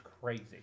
crazy